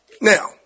Now